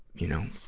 you know,